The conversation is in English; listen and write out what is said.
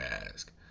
ask